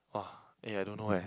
(woah) eh I don't know eh